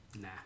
Nah